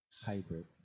hybrid